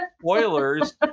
spoilers